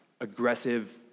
aggressive